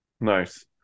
Nice